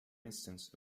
instance